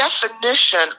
definition